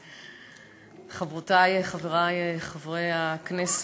חברותי, חברי חברי הכנסת,